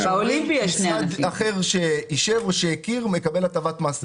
--- אני לא מכיר משרד אחר שאישר או שהכיר ומקבל הטבת מס.